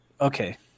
Okay